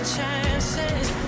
Chances